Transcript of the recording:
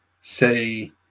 say